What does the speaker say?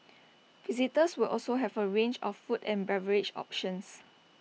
visitors will also have A range of food and beverage options